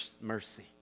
mercy